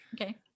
Okay